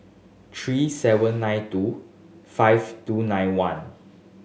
three seven nine two five two nine one